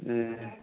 ए